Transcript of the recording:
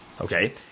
Okay